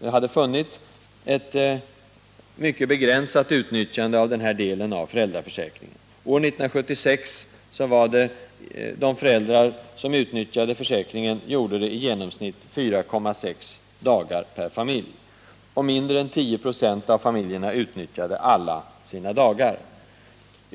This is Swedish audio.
hade funnit ett mycket begränsat utnyttjande av den här delen av föräldraförsäkringen. De föräldrar som utnyttjade försäkringen 1976 gjorde det i genomsnitt 4,6 dagar per familj, och mindre än 10 96 av familjerna utnyttjade alla sina dagar.